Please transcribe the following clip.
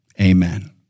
Amen